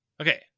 Okay